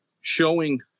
Showing